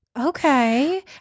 Okay